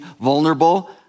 vulnerable